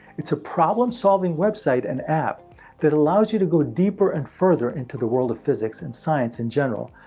it's a problem solving website and app that allows you to go deeper and further into the world of physics, and science in general,